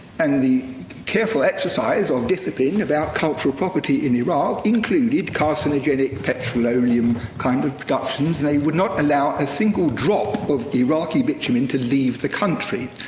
and the careful exercise of discipline about cultural property in iraq included carcinogenic petroleum kind of productions, and they would not allow a single drop of iraqi bitumen to leave the country.